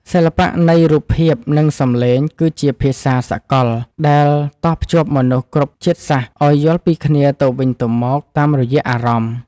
សិល្បៈនៃរូបភាពនិងសំឡេងគឺជាភាសាសកលដែលតភ្ជាប់មនុស្សគ្រប់ជាតិសាសន៍ឱ្យយល់ពីគ្នាទៅវិញទៅមកតាមរយៈអារម្មណ៍។